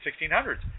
1600s